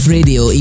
Radio